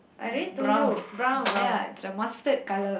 I already told you brown ya it's a mustard colour